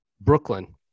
Brooklyn